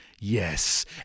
yes